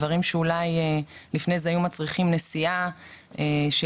דברים שאולי לפני זה היו מצריכים נסיעה של